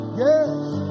Yes